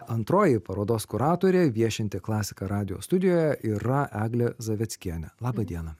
antroji parodos kuratorė viešinti klasika radijo studijoje yra eglė zaveckienė laba diena